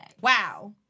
Wow